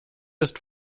ist